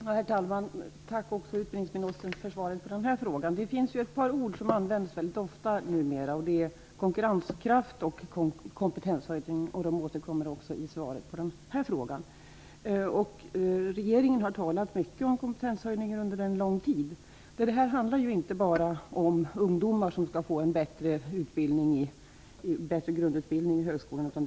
Herr talman! Jag tackar utbildningsministern även för svaret på den här frågan. Det finns ett par ord som används mycket ofta numera. Det är ''konkurrenskraft'' och ''kompetenshöjning''. De återkommer också i svaret på den här frågan. Regeringen har talat mycket om kompetenshöjning under en lång tid. Detta handlar inte bara om ungdomar som skall få en bättre grundutbildning i högskolan.